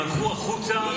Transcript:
הם הלכו החוצה.